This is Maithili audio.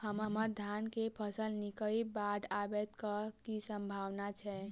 हम्मर धान केँ फसल नीक इ बाढ़ आबै कऽ की सम्भावना छै?